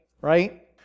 right